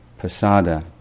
pasada